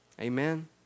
Amen